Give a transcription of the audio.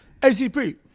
ACP